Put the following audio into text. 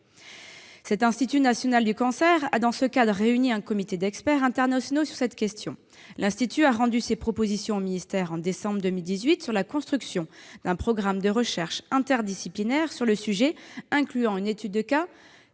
Cet institut a, dans ce cadre, réuni un comité d'experts internationaux sur la question. Il a rendu ses propositions au ministère en décembre 2018 sur la construction d'un programme de recherche interdisciplinaire sur le sujet, incluant une étude